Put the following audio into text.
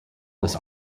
this